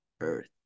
earth